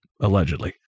Allegedly